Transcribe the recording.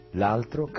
l'altro